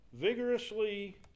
vigorously